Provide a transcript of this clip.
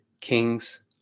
Kings